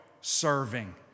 serving